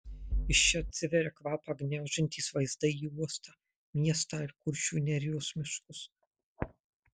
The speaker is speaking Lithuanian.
iš čia atsiveria kvapą gniaužiantys vaizdai į uostą miestą ir kuršių nerijos miškus